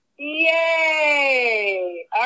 Yay